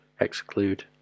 exclude